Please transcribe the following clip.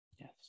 Yes